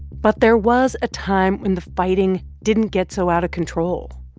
but there was a time when the fighting didn't get so out of control,